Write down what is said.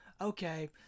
okay